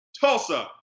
Tulsa